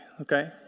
okay